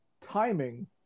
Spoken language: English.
timing